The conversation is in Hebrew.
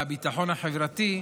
והביטחון החברתי,